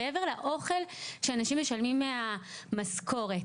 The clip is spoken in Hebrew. מעבר לאוכל שאנשים משלמים מהמשכורת,